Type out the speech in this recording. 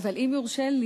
אם יורשה,